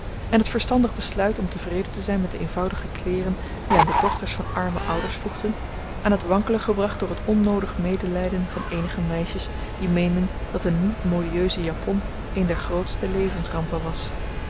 en het verstandig besluit om tevreden te zijn met de eenvoudige kleeren die aan de dochter van arme ouders voegden aan het wankelen gebracht door het onnoodig medelijden van eenige meisjes die meenden dat een niet modieuse japon een der grootste levensrampen was